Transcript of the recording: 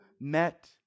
met